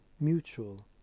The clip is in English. mutual